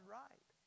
right